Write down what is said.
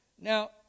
Now